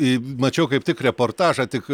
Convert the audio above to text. į mačiau kaip tik reportažą tik